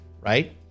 right